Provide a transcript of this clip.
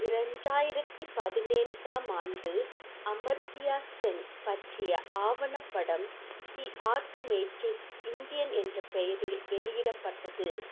ரெண்டாயிரத்தி பதினாங்காம் ஆண்டு அமர்த்தியா சென் பற்றிய ஆவணப்படம் தி ஆர்குமேட்டிவ் இந்தியன் என்ற பெயரில் வெளியிடப்பட்டது